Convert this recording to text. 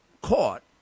caught